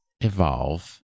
evolve